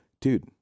dude